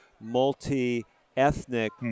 multi-ethnic